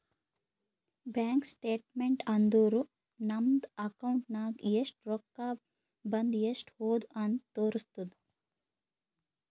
bank statement ಅಂದುರ್ ನಮ್ದು account ನಾಗ್ ಎಸ್ಟ್ ರೊಕ್ಕಾ ಬಂದು ಎಸ್ಟ್ ಹೋದು ಅಂತ್ ತೋರುಸ್ತುದ್